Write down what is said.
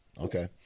okay